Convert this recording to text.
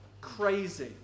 crazy